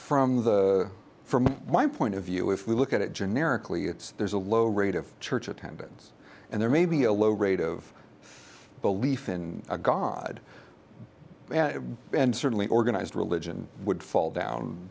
from the from my point of view if we look at it generically it's there's a low rate of church attendance and there may be a low rate of belief in a god and certainly organized religion would fall down